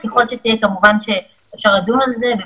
ככל שתהיה, נוכל לדון בזה.